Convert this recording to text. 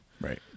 right